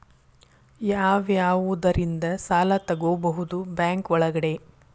ಯಾವ್ಯಾವುದರಿಂದ ಸಾಲ ತಗೋಬಹುದು ಬ್ಯಾಂಕ್ ಒಳಗಡೆ?